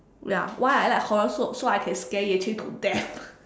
ya why I like horror so so I can scare Yue-Qing to death